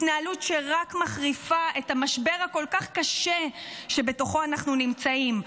התנהלות שרק מחריפה את המשבר הכל-כך קשה שבתוכו אנחנו נמצאים,